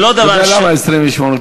אתה יודע למה 28?